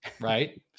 right